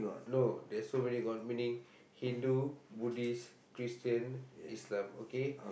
no there's so many god meaning Hindu Buddhist Christian Islam okay